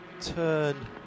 turn